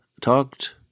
talked